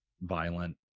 violent